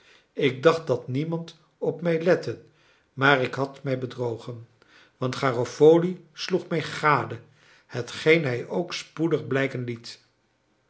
ik dacht dat niemand op mij lette maar ik had mij bedrogen want garofoli sloeg mij gade hetgeen hij ook spoedig blijken liet